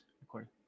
recording